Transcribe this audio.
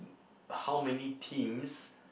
how many teams